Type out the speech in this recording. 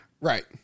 Right